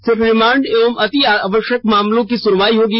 सिर्फ रिमांड एवं अति आवश्यक मामलों की सुनवाई होगी